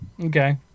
okay